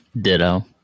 Ditto